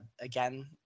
Again